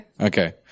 Okay